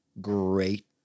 great